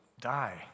die